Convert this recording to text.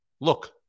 look